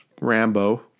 Rambo